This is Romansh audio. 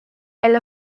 ella